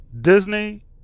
Disney